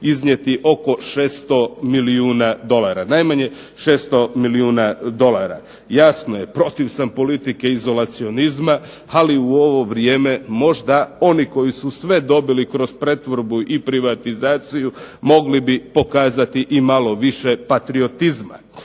iznijeti oko 600 milijuna dolara, najmanje 600 milijuna dolara. Jasno je protiv sam politike izolacionizma ali u ovo vrijeme možda oni koji su sve dobili kroz pretvorbu i privatizaciju mogli bi pokazati malo više patriotizma.